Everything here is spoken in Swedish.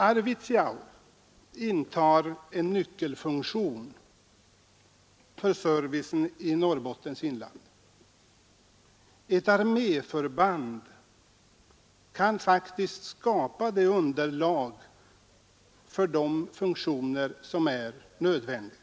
Arvidsjaur intar en nyckelfunktion för servicen i Norrbottens inland. Ett arméförband kan faktiskt skapa det underlag för de funktioner som är nödvändiga.